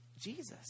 Jesus